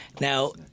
Now